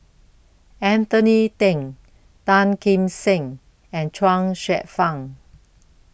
Anthony Then Tan Kim Seng and Chuang Hsueh Fang